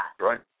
Right